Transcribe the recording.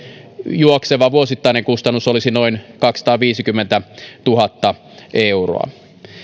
juokseva vuosittainen kustannus olisi noin kaksisataaviisikymmentätuhatta euroa